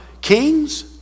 Kings